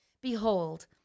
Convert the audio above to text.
Behold